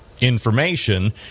information